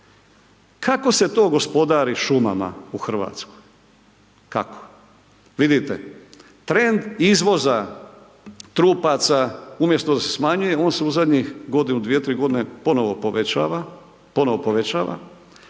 Kako se to gospodari šumama u Hrvatskoj? Kako? Vidite trend izvoza trupaca umjesto da se smanjuje, on se u zadnjih godinu, dvije, tri godine ponovo povećava,